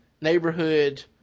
neighborhood